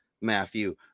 matthew